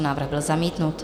Návrh byl zamítnut.